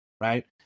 right